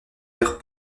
vert